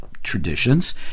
Traditions